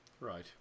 right